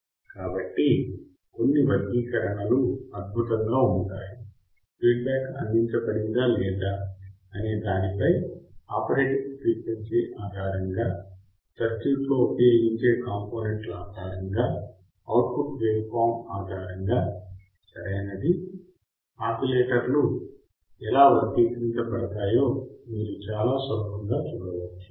కాబట్టి కొన్ని వర్గీకరణలు అద్భుతంగా ఉంటాయి ఫీడ్బ్యాక్ అందించబడిందా లేదా అనే దానిపై ఆపరేటింగ్ ఫ్రీక్వెన్సీ ఆధారంగా సర్క్యూట్ లో ఉపయోగించే కాంపోనెంట్ల ఆధారంగా అవుట్పుట్ వేవ్ఫార్మ్ ఆధారంగా సరియైనది ఆసిలేటర్లు ఎలా వర్గీకరించబడతాయో మీరు చాలా సులభంగా చూడవచ్చు